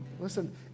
Listen